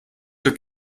zur